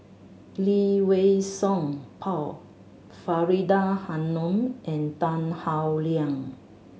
Lee Wei Song Paul Faridah Hanum and Tan Howe Liang